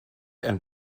and